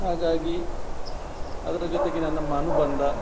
ಹಾಗಾಗಿ ಅದರ ಜೊತೆಗಿನ ನಮ್ಮ ಅನುಬಂಧ